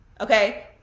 okay